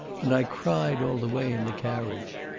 and i cried all the way in the carriage.